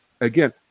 again